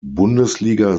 bundesliga